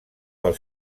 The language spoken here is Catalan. pel